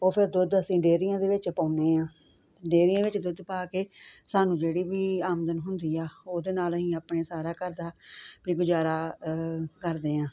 ਉਹ ਫਿਰ ਦੁੱਧ ਅਸੀਂ ਡੇਰੀਆਂ ਦੇ ਵਿੱਚ ਪਾਉਂਦੇ ਹਾਂ ਡੇਰੀਆਂ ਵਿੱਚ ਦੁੱਧ ਪਾ ਕੇ ਸਾਨੂੰ ਜਿਹੜੀ ਵੀ ਆਮਦਨ ਹੁੰਦੀ ਆ ਉਹਦੇ ਨਾਲ ਅਸੀਂ ਆਪਣੇ ਸਾਰਾ ਘਰ ਦਾ ਵੀ ਗੁਜ਼ਾਰਾ ਕਰਦੇ ਹਾਂ